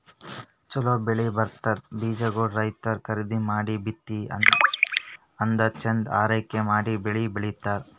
ಛಲೋ ಬೆಳಿ ಬರಂಥ ಬೀಜಾಗೋಳ್ ರೈತರ್ ಖರೀದಿ ಮಾಡಿ ಬಿತ್ತಿ ಅದ್ಕ ಚಂದ್ ಆರೈಕೆ ಮಾಡಿ ಬೆಳಿ ಬೆಳಿತಾರ್